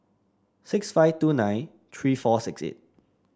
six five two nine three four six eight